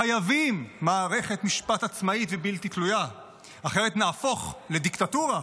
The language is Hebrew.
חייבים מערכת משפט עצמאית ובלתי תלויה אחרת נהפוך לדיקטטורה,